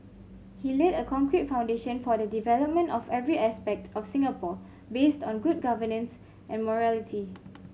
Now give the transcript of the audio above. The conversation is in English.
he laid a concrete foundation for the development of every aspect of Singapore based on good governance and morality